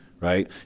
right